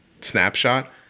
snapshot